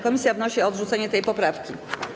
Komisja wnosi o odrzucenie tej poprawki.